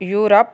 Europe